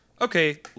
Okay